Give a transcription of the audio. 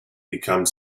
become